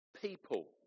people